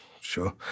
sure